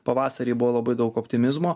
pavasarį buvo labai daug optimizmo